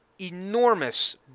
enormous